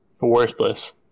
Worthless